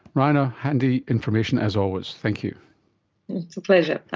raina, handy information as always, thank you. it's a pleasure, bye.